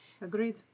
Agreed